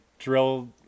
drill